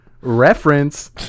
Reference